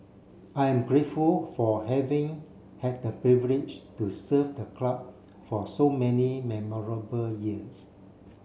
I am grateful for having had the privilege to serve the club for so many memorable years